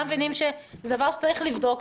כולם מבינים שזה דבר שצריך לבדוק.